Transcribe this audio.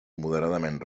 moderadament